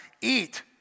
eat